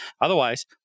Otherwise